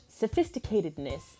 sophisticatedness